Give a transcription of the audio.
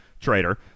Trader